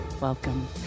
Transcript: welcome